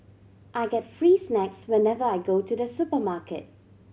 I get free snacks whenever I go to the supermarket